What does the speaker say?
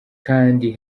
kandi